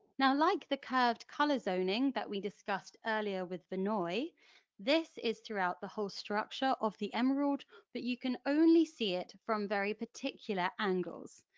like the curved colour zoning that we discussed earlier with verneuil, this is throughout the whole structure of the emerald but you can only see it from very particular angles.